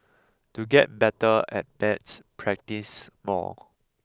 to get better at maths practise more